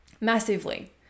massively